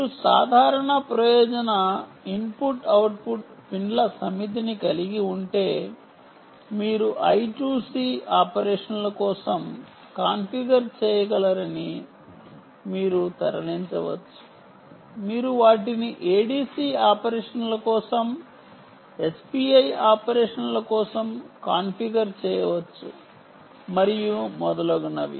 మీరు సాధారణ ప్రయోజన ఇన్పుట్ అవుట్పుట్ పిన్ల సమితిని కలిగి ఉంటే మీరు I2C ఆపరేషన్ల కోసం కాన్ఫిగర్ చేయగలరని మీరు తరలించవచ్చు మీరు వాటిని ADC ఆపరేషన్ల కోసం SPI ఆపరేషన్ల కోసం కాన్ఫిగర్ చేయవచ్చు మరియు మొదలగునవి